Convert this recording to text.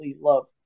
love